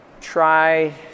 try